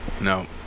No